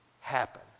happen